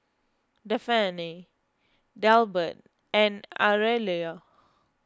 Dafne Delbert and Aurelio